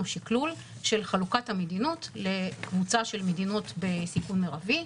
שקלול של חלוקת המדינות לקבוצה של מדינות בסיכון מרבי,